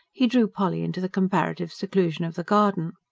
he drew polly into the comparative seclusion of the garden.